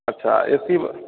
अच्छा एसी ब